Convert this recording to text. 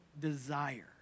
desire